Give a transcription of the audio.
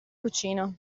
cucina